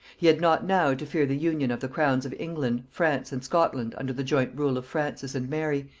he had not now to fear the union of the crowns of england france and scotland under the joint rule of francis and mary,